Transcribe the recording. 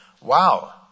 wow